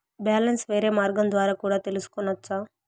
Balance వేరే మార్గం ద్వారా కూడా తెలుసుకొనొచ్చా?